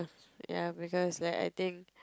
ya because like I think